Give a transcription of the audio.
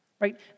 Right